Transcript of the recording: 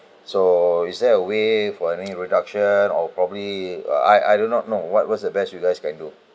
so is there a way for any reduction or probably uh I I do not know what was the best you guys can do